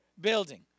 building